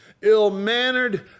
ill-mannered